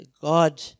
God